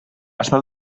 està